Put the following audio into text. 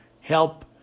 help